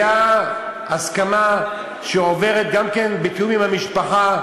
הייתה הסכמה שהיא עוברת, גם כן, בתיאום עם המשפחה,